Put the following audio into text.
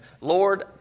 Lord